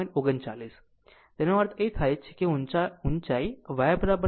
39 તેનો અર્થ એ કે આ ઊંચાઈ y 11